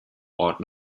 ort